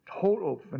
total